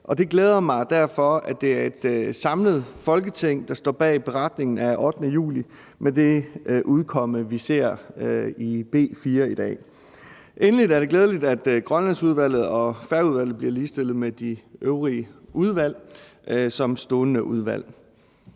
det glæder mig derfor, at det er et samlet Folketing, der står bag beretningen af 8. juli med det udkomme, vi ser i B 4 i dag. Endelig er det glædeligt, at Grønlandsudvalget og Færøudvalget bliver ligestillet med de øvrige udvalg som stående udvalg.